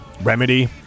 Remedy